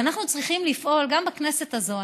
ואנחנו צריכים לפעול גם בכנסת הזאת,